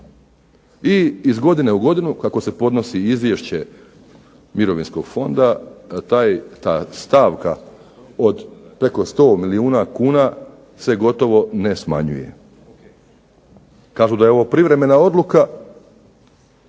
I iz godine u godinu kako se podnosi izvješće Mirovinskog fonda ta stavka od preko 100 milijuna kuna se gotovo ne smanjuje. Kažu da je ovo privremena odluka,